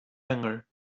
anger